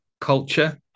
culture